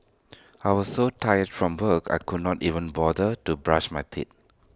I was so tired from work I could not even bother to brush my teeth